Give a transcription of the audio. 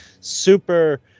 super